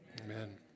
Amen